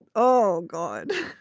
oh god.